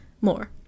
more